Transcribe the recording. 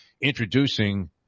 introducing